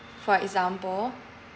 for example